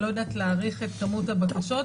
אני לא יודעת להעריך את כמות הבקשות.